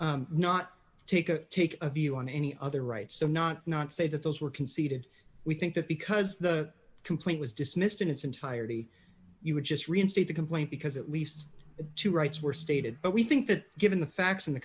court not take a take a view on any other rights so not not say that those were conceded we think that because the complaint was dismissed in its entirety you would just reinstate the complaint because at least two rights were stated but we think that given the facts in the